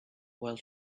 while